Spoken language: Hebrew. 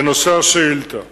לנושא השאילתא,